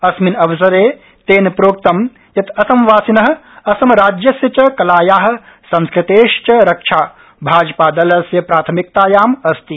अस्मिन् अवसरे तेन प्रोकृतं यत् असमवासिन असमराज्यस्य च कलाया संस्कृतेश्च रक्षा भाजपादलस्य प्राथमिकतायाम् अस्ति